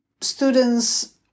students